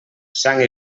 sang